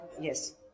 yes